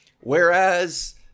whereas